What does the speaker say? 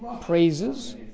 praises